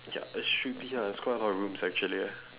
ya it should be ah it's quite a lot of rooms actually eh